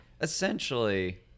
Essentially